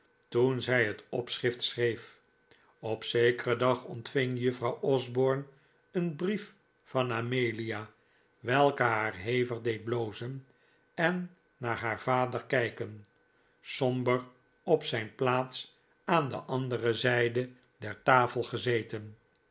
toen zij het opschrift schreef op zekeren dag ontving juffrouw osborne een brief van amelia welke haar hevig deed blozen en naar haar vader kijken somber op zijn plaats aan de andere zijde der tafel gezeten